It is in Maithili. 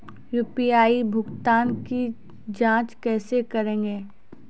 यु.पी.आई भुगतान की जाँच कैसे करेंगे?